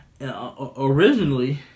originally